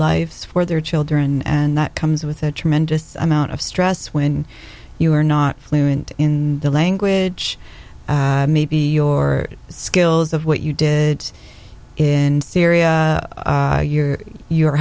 life for their children and that comes with a tremendous amount of stress when you are not fluent in the language maybe your skills of what you did in syria you're you're